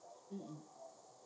um um